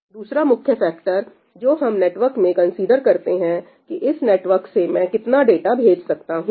दूसरा मुख्य फैक्टर जो हम एक नेटवर्क में कंसीडर करते हैं कि इस नेटवर्क से मैं कितना डाटा भेज सकता हूं